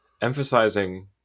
emphasizing